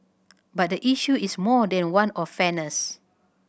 but the issue is more than one of fairness